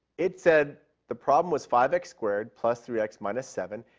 it said the problem was five x squared plus three x minus seven.